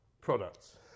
products